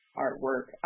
artwork